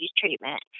treatment